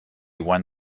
won